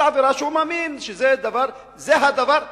אלא הוא מאמין שזה הדבר הנכון.